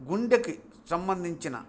గుండెకి సంబంధించిన